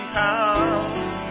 house